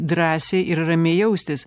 drąsiai ir ramiai jaustis